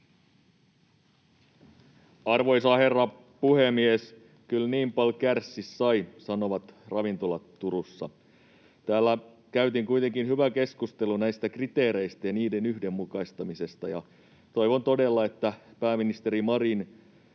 Arvoisa herra puhemies! Kyl niin pal kärssi sai, sanovat ravintolat Turussa. Täällä käytiin kuitenkin hyvä keskustelu näistä kriteereistä ja niiden yhdenmukaistamisesta, ja toivon todella, että pääministeri Marin